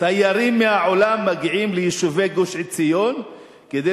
תיירים מהעולם מגיעים ליישובי גוש-עציון כדי